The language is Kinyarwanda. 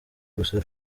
gusa